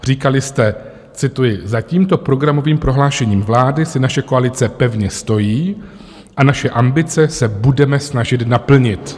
Říkali jste cituji: Za tímto programovým prohlášením vlády si naše koalice pevně stojí a naše ambice se budeme snažit naplnit.